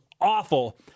awful